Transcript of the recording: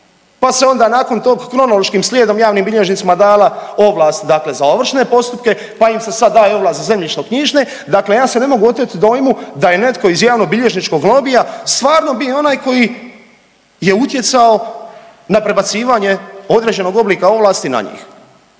pa se onda nakon tog kronološkim slijedom javnim bilježnicima dala ovlast dakle za ovršne postupke, pa ima se sada daje ovlast za zemljišno-knjižne. Dakle, ja se ne mogu oteti dojmu da je netko iz javnobilježničkog lobija stvarno bio onaj koji je utjecao na prebacivanje određenog oblika ovlasti na njih.